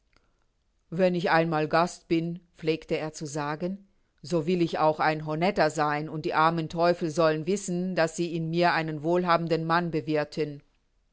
wenn ich einmal gast bin pflegte er zu sagen so will ich auch ein honetter sein und die armen teufel sollen wissen daß sie in mir einen wohlhabenden mann bewirthen